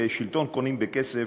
ששלטון קונים בכסף,